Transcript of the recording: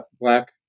Black